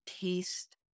taste